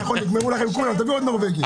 נגמרו לכם כולם, תביאו עוד נורבגי.